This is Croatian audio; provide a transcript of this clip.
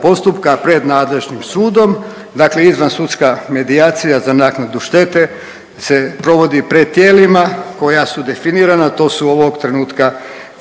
postupaka pred nadležnim sudom, dakle izvansudska medijacija za naknadu štete se provodi pred tijelima koja su definirana, to su ovog trenutka